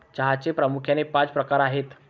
चहाचे प्रामुख्याने पाच प्रकार आहेत